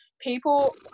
People